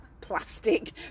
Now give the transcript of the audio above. plastic